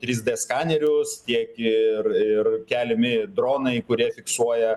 trys d skanerius tiek ir ir keliami dronai kurie fiksuoja